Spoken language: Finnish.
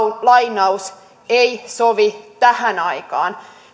lainaus että ei sovi tähän aikaan